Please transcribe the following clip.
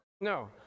No